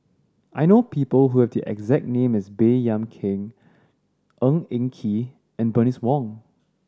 I know people who have the exact name as Baey Yam Keng Ng Eng Kee and Bernice Wong